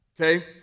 Okay